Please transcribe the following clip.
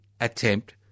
attempt